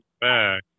Back